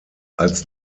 als